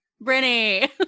Brittany